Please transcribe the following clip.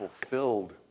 fulfilled